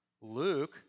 Luke